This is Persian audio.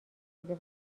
بوده